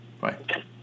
Bye